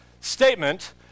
statement